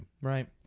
right